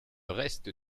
reste